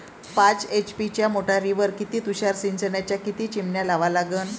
पाच एच.पी च्या मोटारीवर किती तुषार सिंचनाच्या किती चिमन्या लावा लागन?